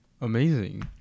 Amazing